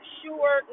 sure